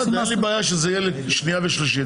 אין לי בעיה שזה יהיה לקריאה שנייה ושלישית,